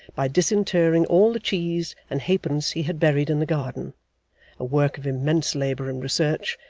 by disinterring all the cheese and halfpence he had buried in the garden a work of immense labour and research,